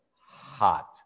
hot